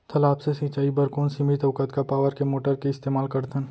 तालाब से सिंचाई बर कोन सीमित अऊ कतका पावर के मोटर के इस्तेमाल करथन?